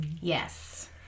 Yes